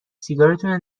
سیگارتونو